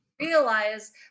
realize